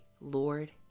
Lord